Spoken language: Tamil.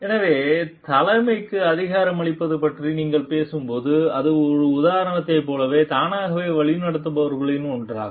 எனவே தலைமைக்கு அதிகாரமளிப்பது பற்றி நீங்கள் பேசும்போது அது உதாரணத்தைப் போலவே தானாகவே வழிநடத்துபவர்களில் ஒன்றாகும்